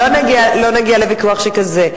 לא נגיע לוויכוח שכזה.